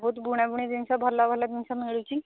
ବହୁତ ବୁଣା ବୁଣି ଜିନିଷ ଭଲ ଭଲ ଜିନିଷ ମିଳୁଛି